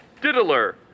Diddler